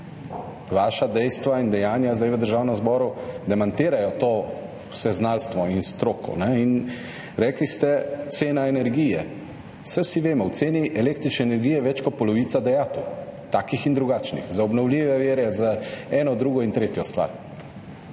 vaša dejstva in dejanja zdaj v Državnem zboru demantirajo to vseznalstvo in stroko. Rekli ste, cena energije. Saj vsi vemo. V ceni električne energije je več kot polovica dajatev, takih in drugačnih, za obnovljive vire, za eno, drugo in tretjo stvar.